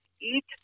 eat